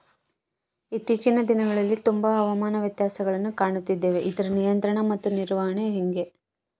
ಇತ್ತೇಚಿನ ದಿನಗಳಲ್ಲಿ ತುಂಬಾ ಹವಾಮಾನ ವ್ಯತ್ಯಾಸಗಳನ್ನು ಕಾಣುತ್ತಿದ್ದೇವೆ ಇದರ ನಿಯಂತ್ರಣ ಮತ್ತು ನಿರ್ವಹಣೆ ಹೆಂಗೆ?